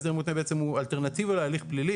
הסדר מותנה בעצם הוא אלטרנטיבה להליך פלילי.